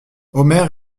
omer